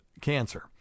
cancer